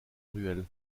ruelle